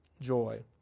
joy